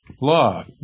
law